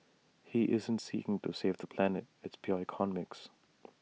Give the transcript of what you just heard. he isn't seeking to save the planet it's pure economics